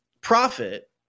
profit